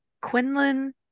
Quinlan